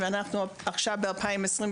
ואנחנו עכשיו ב-2022,